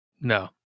No